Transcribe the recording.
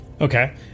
Okay